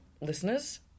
Listeners